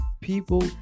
people